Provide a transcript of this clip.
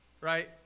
right